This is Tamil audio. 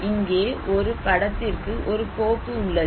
இங்கே ஒரு படத்திற்கு ஒரு கோப்பு உள்ளது